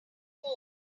home